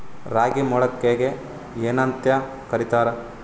ರಾಗಿ ಮೊಳಕೆಗೆ ಏನ್ಯಾಂತ ಕರಿತಾರ?